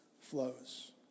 flows